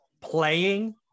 playing